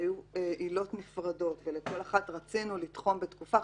שהיו עילות נפרדות וכל אחת רצינו לתחום בתקופה,